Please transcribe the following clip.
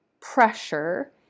pressure